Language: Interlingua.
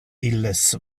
illes